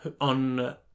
on